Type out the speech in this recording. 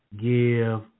give